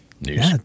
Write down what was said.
news